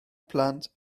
plant